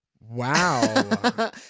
Wow